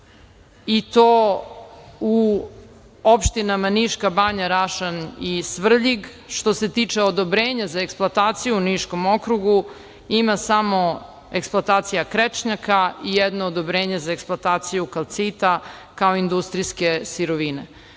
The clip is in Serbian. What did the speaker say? i to u opštinama Niška banja, Rašan i Svrljig. Što se tiče odobrenja za eksploataciju u Niškom okrugu, ima samo eksploatacija krečnjaka i jedno odobrenje za eksploataciju kalcita kao industrijske sirovine. Znači,